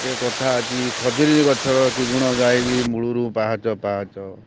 ଏ କଥା ଅଛି ଖଜୁରୀ ଗଛର କି ଗୁଣ ଗାଇବି ମୂଳରୁ ପାହାଚ ପାହାଚ